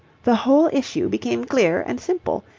the whole issue became clear and simple.